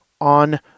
on